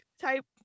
type